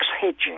hedging